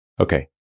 okay